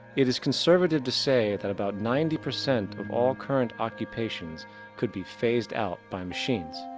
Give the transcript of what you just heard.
it is conservative to say that about ninety percent of all current occupations could be faced out by machines.